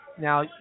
Now